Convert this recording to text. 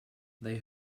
they